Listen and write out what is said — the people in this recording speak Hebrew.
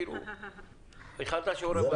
כאילו הכנת שיעורי בית.